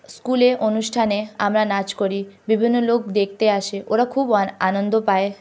স্কুলে অনুষ্ঠানে আমরা নাচ করি বিভিন্ন লোক দেখতে আসে ওরা খুব আ আনন্দ পায়